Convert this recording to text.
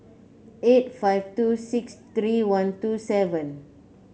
eight five two six three one two seven